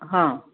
हां